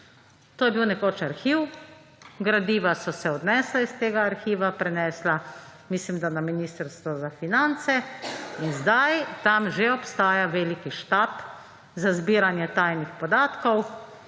To je bil nekoč arhiv, gradiva so se prenesla iz tega arhiva, mislim da, na Ministrstvo za finance in zdaj tam že obstaja veliki štab za zbiranje tajnih podatkov.